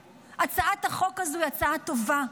הצעת החוק הזו היא הצעה טובה.